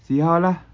see how lah